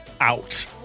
out